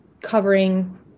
covering